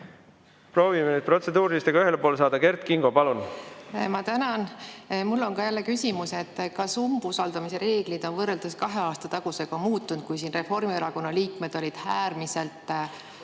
Proovime nüüd protseduurilistega ühele poole saada. Kert Kingo, palun! Ma tänan! Mul on jälle küsimus, kas umbusaldamise reeglid on võrreldes kahe aasta tagusega muutunud. Reformierakonna liikmed olid siis äärmiselt